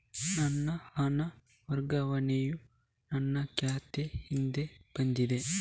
ನನ್ನ ಹಣ ವರ್ಗಾವಣೆಯು ನನ್ನ ಖಾತೆಗೆ ಹಿಂದೆ ಬಂದಿದೆ